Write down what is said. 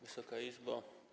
Wysoka Izbo!